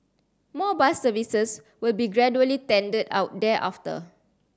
more bus services will be gradually tendered out thereafter